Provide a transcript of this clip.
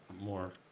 more